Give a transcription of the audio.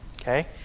Okay